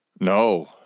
No